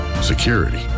security